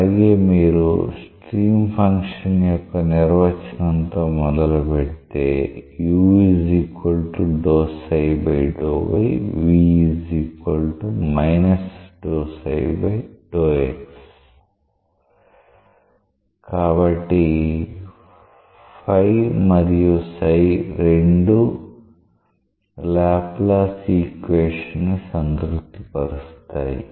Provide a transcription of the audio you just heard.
అలాగే మీరు stream function యొక్క నిర్వచనంతో మొదలుపెడితే కాబట్టి మరియు రెండూ లాప్లాస్ ఈక్వేషన్ ని సంతృప్తిపరుస్తాయి